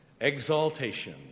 exaltation